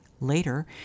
Later